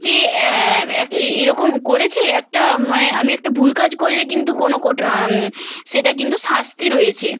যে এক এ এরকম করেছে একটা মানে আমি একটা ভুল কাজ করলে কিন্তু কোনো কোঠ সেটা কিন্তু শাস্তি রয়েছে